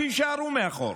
שיישארו מאחור.